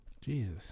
Jesus